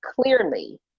clearly